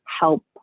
help